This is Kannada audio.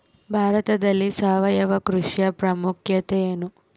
ಭಾರತದಲ್ಲಿ ಸಾವಯವ ಕೃಷಿಯ ಪ್ರಾಮುಖ್ಯತೆ ಎನು?